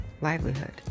livelihood